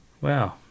Wow